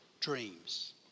dreams